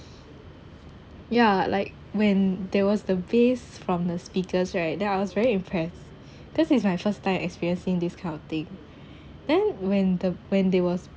ya like when there was the bass from the speakers right then I was very impressed this is my first time experiencing this kind of thing then when the when they was